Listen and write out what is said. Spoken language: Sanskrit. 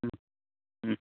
ह्म् ह्म्